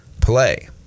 play